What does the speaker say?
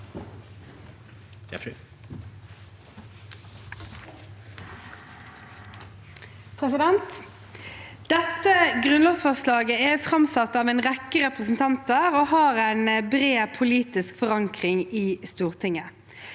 sa- ken): Dette grunnlovsforslaget er framsatt av en rekke representanter og har en bred politisk forankring i Stortinget.